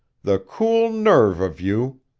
the cool nerve of you.